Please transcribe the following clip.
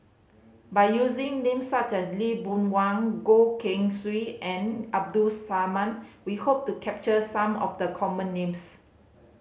by using names such as Lee Boon Wang Goh Keng Swee and Abdul Samad we hope to capture some of the common names